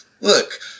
Look